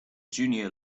junior